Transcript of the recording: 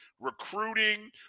recruiting